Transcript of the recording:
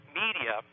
media